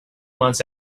months